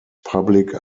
public